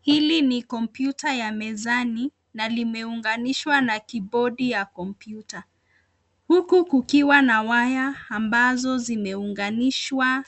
Hili ni kompyuta ya mezani na limeunganishwa na kibodi ya kompyuta, huku kukiwa na waya ambazo zimeunganishwa